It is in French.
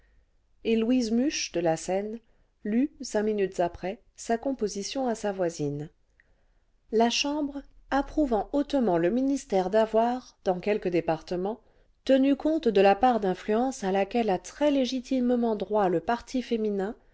et louise muche de la seine lut cinq minutes après sa composition à sa voisine la chambre approuvant hautement le ministère d'avoir dans quelques départements tenu compte de la part d'influence à laquelle a très légitimement droit le parti féminin